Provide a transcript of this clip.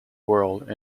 world